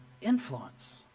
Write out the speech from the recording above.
influence